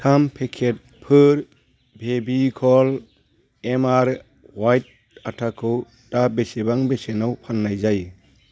थाम पेकेटफोर Fevicol M R white आथाखौ दा बेसेबां बेसेनाव फाननाय जायो